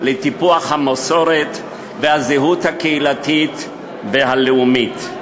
טיפוח המסורת והזהות הקהילתית והלאומית.